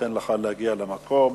ניתן לך להגיע למקום.